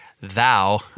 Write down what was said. Thou